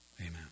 amen